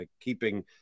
keeping